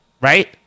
right